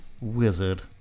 Wizard